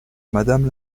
madame